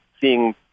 seeing